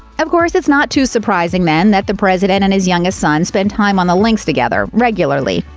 of course, it's not too surprising, then, that the president and his youngest son spend time on the links together, regularly.